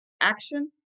Action